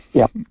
yeah,